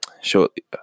shortly